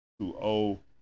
2-0